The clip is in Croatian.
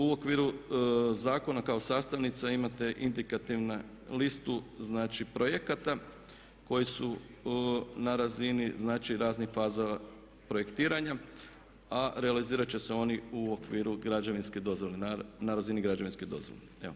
U okviru zakona kao sastavnica imate indikativnu listu znači projekata koji su na razini raznih faza projektiranja a realizirat će se oni u okviru građevinske dozvole, na razini građevinske dozvole.